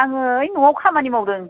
आङो ओइ न'वाव खामानि मावदों